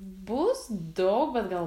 bus daug bet gal